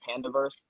Pandaverse